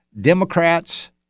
Democrats